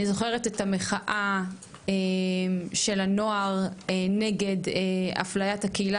אני זוכרת את המחאה של הנוער נגד אפליית הקהילה